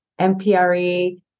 MPRE